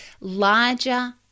larger